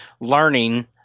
learning